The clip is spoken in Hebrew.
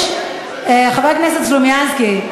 חבר הכנסת סלומינסקי,